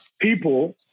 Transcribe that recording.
people